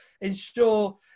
ensure